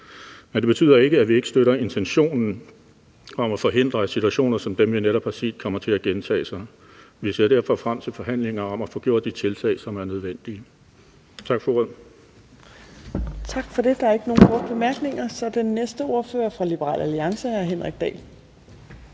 Men det betyder ikke, at vi ikke støtter intentionen om at forhindre, at situationer som dem, vi netop har set, kommer til at gentage sig. Vi ser derfor frem til forhandlinger om at få gjort de tiltag, som er nødvendige. Tak for ordet Kl. 14:38 Fjerde næstformand (Trine Torp): Tak for det. Der